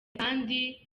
kandi